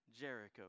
Jericho